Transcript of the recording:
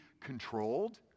controlled